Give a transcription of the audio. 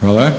Hvala.